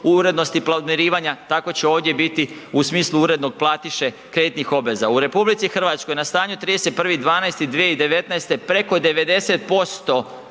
urednosti podmirivanja, tako će ovdje biti u smislu urednog platiše kreditnih obveza. U RH na stanju 31.12.2019. preko 90%,